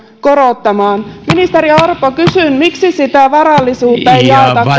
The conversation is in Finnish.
korottamaan ministeri orpo kysyn miksi sitä varallisuutta ei